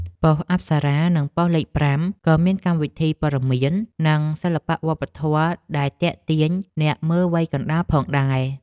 ប៉ុស្តិ៍អប្សរានិងប៉ុស្តិ៍លេខប្រាំក៏មានកម្មវិធីព័ត៌មាន និងសិល្បៈវប្បធម៌ដែលទាក់ទាញអ្នកមើលវ័យកណ្តាលផងដែរ។